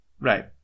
Right